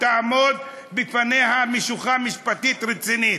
"תעמוד בפניה משוכה משפטית רצינית".